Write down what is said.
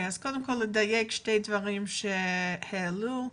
קודם כל לדייק שני דברים שעלו כאן.